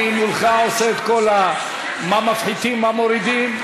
אני מולך עושה מה מפחיתים ועל מה מצביעים.